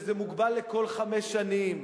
זה מוגבל לכל חמש שנים,